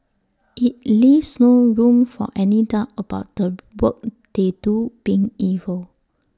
IT leaves no room for any doubt about the work they do being evil